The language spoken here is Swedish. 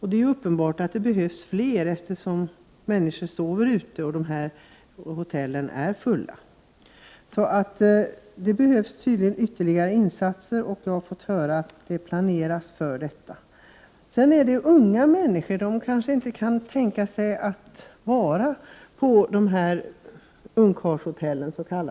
Det är uppbart att det behövs fler platser, eftersom människor faktiskt sover ute och dessa hotell är fullbelagda. Ytterligare insatser behövs alltså, och jag har fått uppgifter om att man planerar för det. Det är ofta fråga om unga människor, som kanske inte kan tänka sig att ta in på dessa s.k. ungkarlshotell.